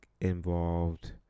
involved